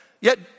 yet